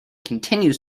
continues